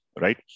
right